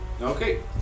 Okay